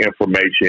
information